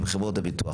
עם חברות הביטוח.